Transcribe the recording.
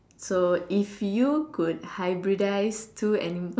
so if you could hybridize two animals